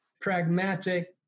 pragmatic